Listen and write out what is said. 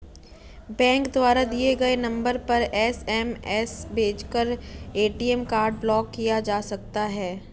bank द्वारा दिए गए नंबर पर एस.एम.एस भेजकर ए.टी.एम कार्ड ब्लॉक किया जा सकता है